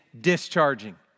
discharging